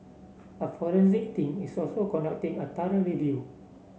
a forensic team is also conducting a thorough review